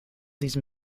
these